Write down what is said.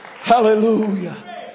Hallelujah